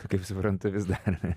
kaip suprantu vis dar